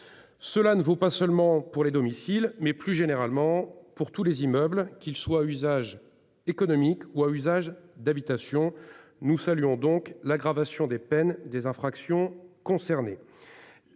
Cela ne vaut pas seulement pour les domiciles mais plus généralement pour tous les immeubles qu'ils soient usage économique ou à usage d'habitation. Nous saluons donc l'aggravation des peines des infractions concernées.